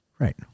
Right